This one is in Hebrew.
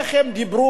איך הם דיברו,